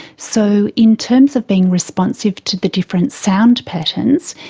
so in terms of being responsive to the different sound patterns,